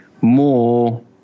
more